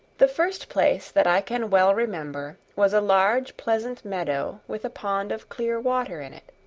the first place that i can well remember was a large pleasant meadow with a pond of clear water in it.